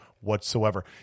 whatsoever